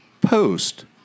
post